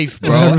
bro